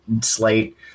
slate